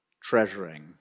treasuring